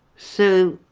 so,